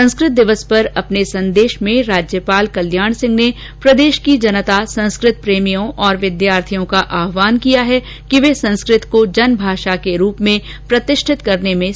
संस्कृत दिवस पर अपने संदेश में राज्यपाल कल्याण सिंह ने प्रदेश की जनता संस्कृत प्रेमियों और विद्यार्थियों का आहवान किया है कि वे संस्कृत को जन भाषा के रूप में प्रतिष्ठित करने में सक्रिय भागीदारी निभाये